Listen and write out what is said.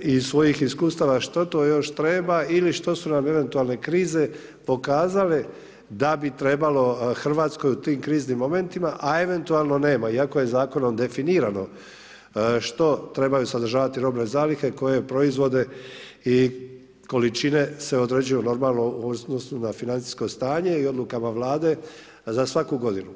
iz svojih iskustava što to još treba ili što su nam eventualne krize pokazale da bi trebalo Hrvatskoj u tim kriznim momentima, a eventualno nema, iako je zakonom definirano što trebaju sadržavati robne zalihe koje proizvode i količine se određuju normalno u odnosu na financijsko stanje i odlukama Vlade za svaku godinu.